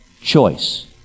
choice